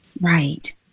Right